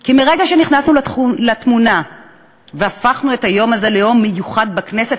כי מרגע שנכנסנו לתמונה והפכנו את היום הזה ליום מיוחד בכנסת,